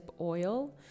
oil